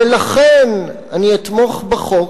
ולכן אני אתמוך בחוק,